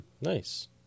Nice